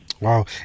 Wow